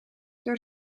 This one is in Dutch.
door